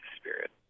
spirit